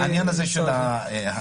בבקשה.